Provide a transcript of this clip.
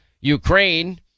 Ukraine